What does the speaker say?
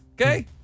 Okay